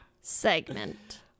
segment